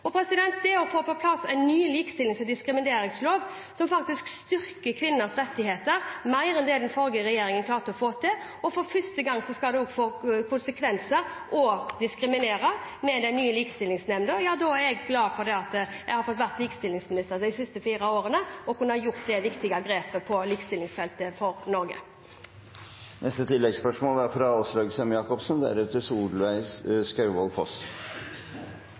ny likestillings- og diskrimineringslov, som faktisk styrker kvinners rettigheter mer enn det den forrige regjeringen klarte å få til – og for første gang skal det også få konsekvenser å diskriminere, med den nye Diskrimineringsnemnda – gjør at jeg er glad for at jeg har fått være likestillingsminister de siste fire årene og har kunnet gjøre det viktige grepet på likestillingsfeltet for Norge. Åslaug Sem-Jacobsen – til oppfølgingsspørsmål. Det er